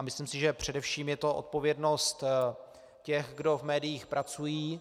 Myslím si, že především je to odpovědnost těch, kdo v médiích pracují.